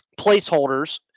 placeholders